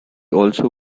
also